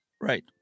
Right